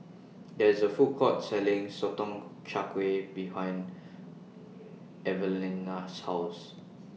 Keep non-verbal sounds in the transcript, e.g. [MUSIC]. [NOISE] There IS A Food Court Selling Sotong Char Kway behind Evalena's House